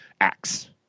acts